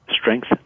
Strength